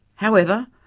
however,